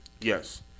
Yes